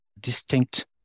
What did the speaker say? distinct